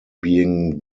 being